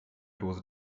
dose